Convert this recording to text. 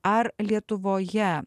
ar lietuvoje